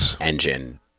engine